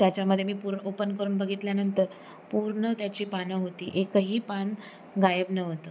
त्याच्यामध्ये मी पूर्ण ओपन करून बघितल्यानंतर पूर्ण त्याची पानं होती एकही पान गायब नव्हतं